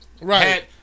right